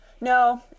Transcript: No